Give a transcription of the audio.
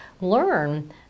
learn